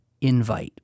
invite